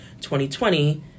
2020